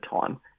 time